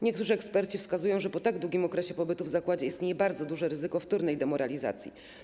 Niektórzy eksperci wskazują, że po tak długim okresie pobytu w zakładzie istnieje bardzo duże ryzyko wtórnej demoralizacji.